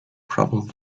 problem